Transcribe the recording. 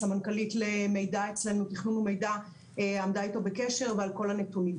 סמנכ"לית תכנון ומידע אצלנו עמדה איתו בקשר על כל הנתונים.